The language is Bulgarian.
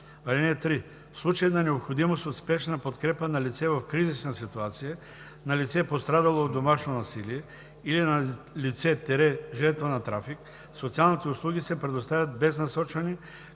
(3) В случай на необходимост от спешна подкрепа на лице в кризисна ситуация, на лице, пострадало от домашно насилие, или на лице – жертва на трафик, социалните услуги се предоставят без насочване,